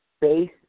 base